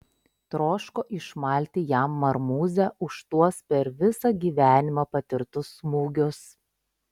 troško išmalti jam marmūzę už tuos per visą gyvenimą patirtus smūgius